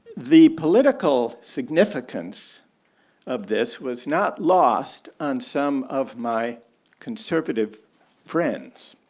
the political significance of this was not lost on some of my conservative friends.